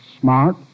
smart